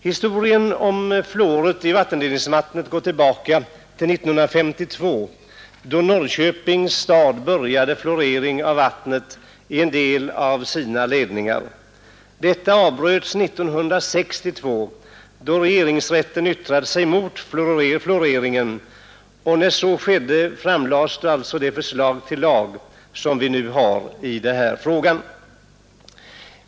Historien om fluor i vattenledningsvatten går tillbaka till 1952, då Norrköpings stad började fluorera vattnet i en del av sina ledningar. Denna fluoridering avbröts 1962, då regeringsrätten hade yttrat sig emot densamma. När så skedde framlades det förslag i frågan som nu är gällande lag.